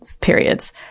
periods